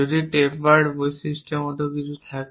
যদি টেপারড বৈশিষ্ট্যের মতো কিছু থাকে